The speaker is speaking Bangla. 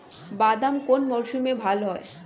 বাদাম কোন মরশুমে ভাল হয়?